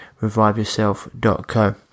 reviveyourself.co